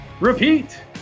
repeat